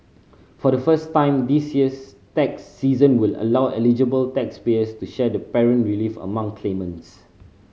for the first time this year's tax season will allow eligible taxpayers to share the parent relief among claimants